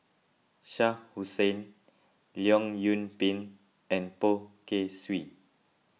Shah Hussain Leong Yoon Pin and Poh Kay Swee